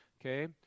okay